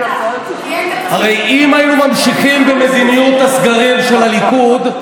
הרי אם היו ממשיכים במדיניות הסגרים של הליכוד,